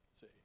See